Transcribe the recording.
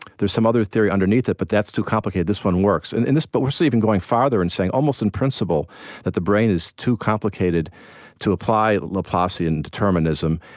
there's some other theory underneath it, but that's too complicated. this one works. and and but we're still even going farther and saying almost in principle that the brain is too complicated to apply laplacian determinism.